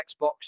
Xbox